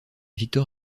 victor